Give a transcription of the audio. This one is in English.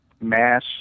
Mass